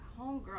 homegirl